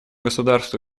государств